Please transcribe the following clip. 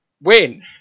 Win